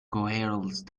coherence